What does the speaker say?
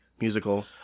musical